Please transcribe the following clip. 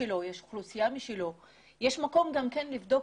להצעה שלנו שאלו יהיו גם חברות גבייה,